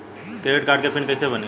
Credit card के PIN कैसे बनी?